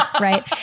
right